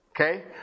Okay